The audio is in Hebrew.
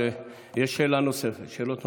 יש שאלות נוספות.